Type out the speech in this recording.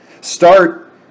Start